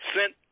sent